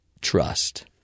Trust